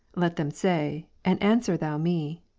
let them say, and answer thou me,